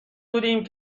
بودیم